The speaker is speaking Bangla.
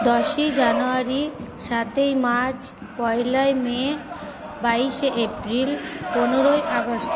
দশই জানুয়ারি সাতই মার্চ পয়লাই মে বাইশে এপ্রিল পনেরোই আগস্ট